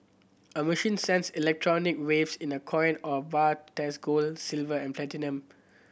a machine sends electromagnetic waves in a coin or bar to test gold silver and platinum